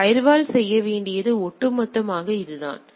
எனவே ஃபயர்வால் செய்ய வேண்டியது ஒட்டுமொத்தமாக இதுதான்